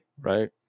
Right